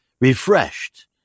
refreshed